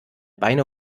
beine